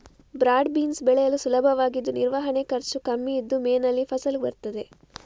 broad beans ಬೆಳೆಯಲು ಸುಲಭವಾಗಿದ್ದು ನಿರ್ವಹಣೆ ಖರ್ಚು ಕಮ್ಮಿ ಇದ್ದು ಮೇನಲ್ಲಿ ಫಸಲು ಬರ್ತದೆ